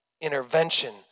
intervention